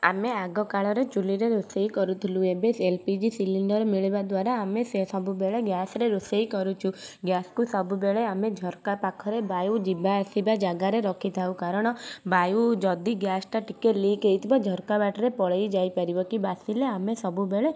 ଆମେ ଆଗକାଳରେ ଚୁଲିରେ ରୋଷେଇ କରୁଥିଲୁ ଏବେ ଏଲ ପି ଜି ସିଲିଣ୍ଡର ମିଳିବା ଦ୍ୱାରା ଆମେ ସବୁବେଳେ ଗ୍ୟାସରେ ରୋଷେଇ କରୁଛୁ ଗ୍ୟାସକୁ ସବୁବେଳେ ଆମେ ଝରକା ପାଖରେ ବାୟୁ ଯିବା ଆସିବା ଜାଗାରେ ରଖିଥାଉ କାରଣ ବାୟୁ ଯଦି ଗ୍ୟାସଟା ଟିକେ ଲିକ୍ ହେଇଥିବ ଝରକାବାଟରେ ପଳାଇ ଯାଇପାରିବ କି ବାସିଲେ ଆମେ ସବୁବେଳେ